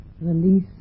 release